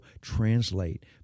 translate